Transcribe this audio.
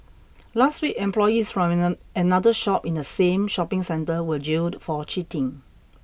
last week employees from another shop in the same shopping centre were jailed for cheating